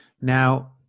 Now